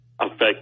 affect